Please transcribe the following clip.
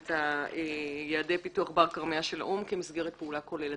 את יעדי הפיתוח בר קיימא של האו"ם כמסגרת פעולה כוללת.